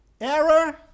Error